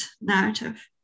narrative